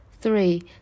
Three